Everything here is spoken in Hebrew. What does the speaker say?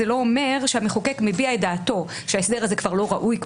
זה לא אומר שהמחוקק מביע את דעתו שההסדר הזה כבר לא ראוי,